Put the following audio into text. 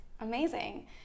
Amazing